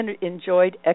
enjoyed